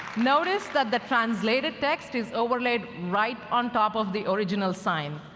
notice that the translated text is overlaid right on top of the original sign.